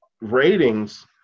ratings